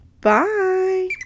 Bye